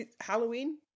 Halloween